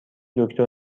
دکتر